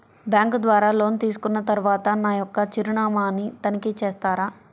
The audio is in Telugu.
బ్యాంకు ద్వారా లోన్ తీసుకున్న తరువాత నా యొక్క చిరునామాని తనిఖీ చేస్తారా?